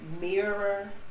mirror